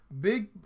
big